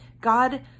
God